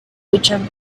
luchan